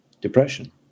depression